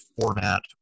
format